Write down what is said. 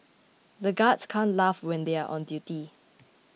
the guards can't laugh when they are on duty